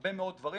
הרבה מאוד דברים